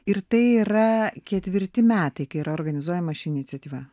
ir tai yra ketvirti metai kai yra organizuojama ši iniciatyva